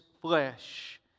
flesh